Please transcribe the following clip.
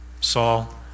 Saul